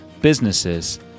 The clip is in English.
businesses